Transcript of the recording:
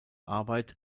arbeit